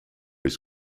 his